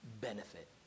benefit